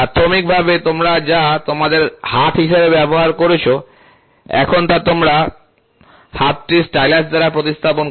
প্রাথমিকভাবে তোমরা যা তোমাদের হাত হিসাবে ব্যবহার করেছ এখন তা তোমরা হাতটি স্টাইলাস দ্বারা প্রতিস্থাপন কর